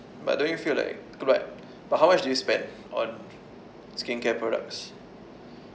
but don't you feel like but how much do you spend on skincare products